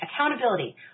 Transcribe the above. accountability